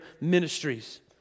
ministries